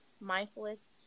mindfulness